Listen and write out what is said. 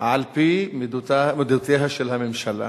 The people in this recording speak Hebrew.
על-פי מידותיה של הממשלה.